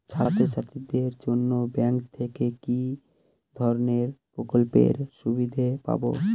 ছাত্রছাত্রীদের জন্য ব্যাঙ্ক থেকে কি ধরণের প্রকল্পের সুবিধে পাবো?